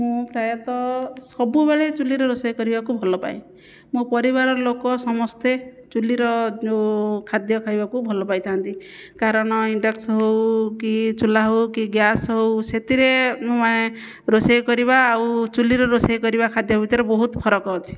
ମୁଁ ପ୍ରାୟତଃ ସବୁବେଳେ ଚୁଲିରେ ରୋଷେଇ କରିବାକୁ ଭଲପାଏ ମୋ' ପରିବାର ଲୋକ ସମସ୍ତେ ଚୁଲିର ଖାଦ୍ୟ ଖାଇବାକୁ ଭଲପାଇଥାନ୍ତି କାରଣ ଇଣ୍ଡକ୍ସନ୍ କି ଚୁଲା ହେଉ କି ଗ୍ୟାସ୍ ହେଉ ସେଥିରେ ରୋଷେଇ କରିବା ଆଉ ଚୁଲିରେ ରୋଷେଇ କରିବା ଖାଦ୍ୟ ଭିତରେ ବହୁତ ଫରକ ଅଛି